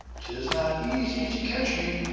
tis not easy to catch me,